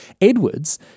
Edwards